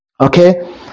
Okay